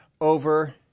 over